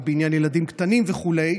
בעניין ילדים קטנים וכו'.